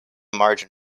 margin